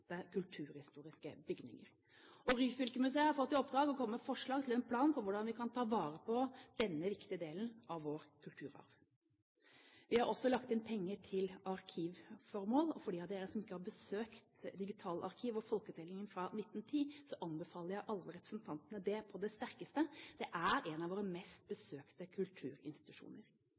kulturhistoriske bygninger. Ryfylkemuseet har fått i oppdrag å komme med forslag til en plan for hvordan vi kan ta vare på denne viktige delen av vår kulturarv. Vi har også lagt inn penger til arkivformål, og for dem av dere som ikke har besøkt Digitalarkivet og folketellingen 1910, så anbefaler jeg alle representanter det på det sterkeste. Det er en av våre mest besøkte kulturinstitusjoner.